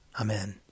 Amen